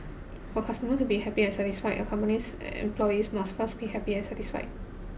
for customer to be happy and satisfied a company's employees must first be happy and satisfied